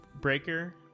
breaker